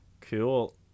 Cool